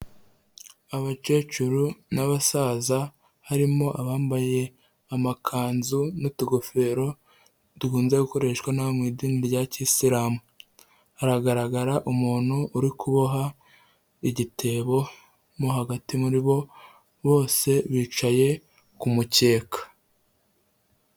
Abakecuru n'abasaza harimo abambaye amakanzu n'utugofero dukunze gukoreshwa n'abo mu idini rya kisilamu, haragaragara umuntu uri kuboha igitebo mo hagati muri bo, bose bicaye ku mukeka.